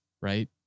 Right